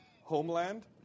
Homeland